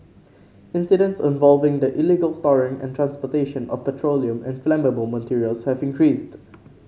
incidents involving the illegal storing and transportation of petroleum and flammable materials have increased